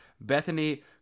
Bethany